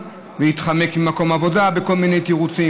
ולהתחמק ממקום העבודה בכל מיני תירוצים?